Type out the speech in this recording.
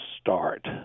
start